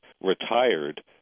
retired